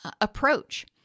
approach